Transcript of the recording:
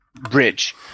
bridge